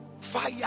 fire